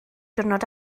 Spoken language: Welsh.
diwrnod